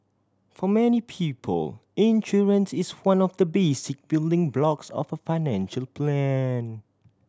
for many people insurance is one of the basic building blocks of a financial plan